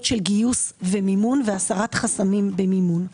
של גיוס ומימון והסרת חסמים במימון.